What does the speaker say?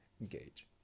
engage